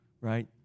right